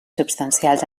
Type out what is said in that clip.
substancials